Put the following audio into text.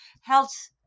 health